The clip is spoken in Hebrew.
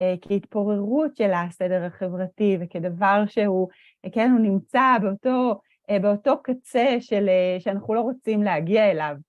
כהתפוררות של הסדר החברתי וכדבר שהוא נמצא באותו קצה שאנחנו לא רוצים להגיע אליו.